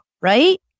right